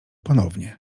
ponownie